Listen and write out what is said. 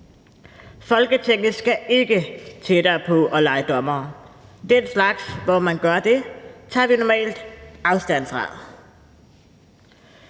Folketinget skal ikke tættere på at lege dommere. Den slags, hvor man gør det, tager vi normalt afstand fra.